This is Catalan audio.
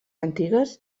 antigues